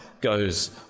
goes